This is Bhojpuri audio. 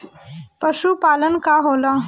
पशुपलन का होला?